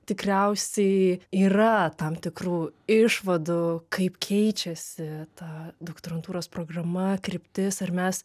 tikriausiai yra tam tikrų išvadų kaip keičiasi ta doktorantūros programa kryptis ar mes